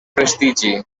prestigi